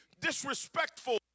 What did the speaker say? disrespectful